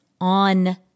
on